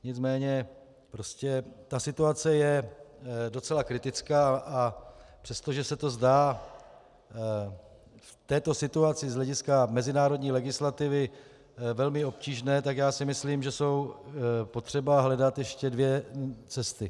Nicméně situace je docela kritická, a přestože se to zdá v této situaci z hlediska mezinárodní legislativy velmi obtížné, tak já myslím, že jsou potřeba hledat ještě dvě cesty.